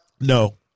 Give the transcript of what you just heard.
No